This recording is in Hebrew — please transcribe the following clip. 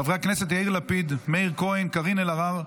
חברי הכנסת יאיר לפיד, מאיר כהן, קארין אלהרר,